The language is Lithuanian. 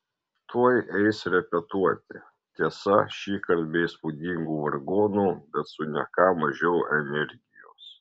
tuoj eis repetuoti tiesa šįkart be įspūdingų vargonų bet su ne ką mažiau energijos